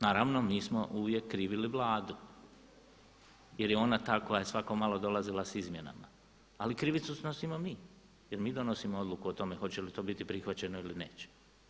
Naravno mi smo uvijek krivili Vladu jer je ona ta koja je svako malo dolazila s izmjenama, ali krivicu snosimo mi jer mi donosimo odluku o tome hoće li to biti prihvaćeno ili neće.